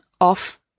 off